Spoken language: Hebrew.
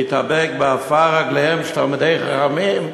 להתאבק בעפר רגליהם של תלמידי חכמים,